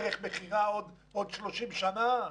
ערך מכירה עוד 30 שנה?